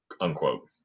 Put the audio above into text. unquote